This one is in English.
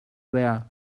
were